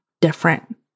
different